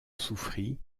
souffrit